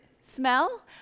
smell